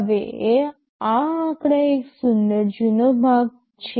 હવે આ આંકડા એક સુંદર જૂનો ભાગ છે